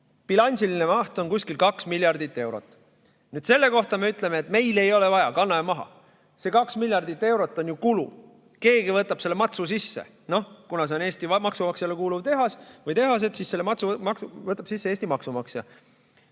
Bilansiline maht on kuskil 2 miljardit eurot. Selle kohta me ütleme, et meil ei ole vaja, kanname maha. See 2 miljardit eurot on ju kulu, keegi võtab selle matsu sisse. Kuna need on Eesti maksumaksjale kuuluvad tehased, siis selle matsu võtab sisse Eesti maksumaksja.